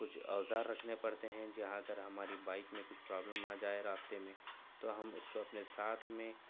کچھ اوزار رکھنے پڑتے ہیں جہاں اگر ہماری بائک میں کچھ پرابلم آ جائے راستے میں تو ہم اس کو اپنے ساتھ میں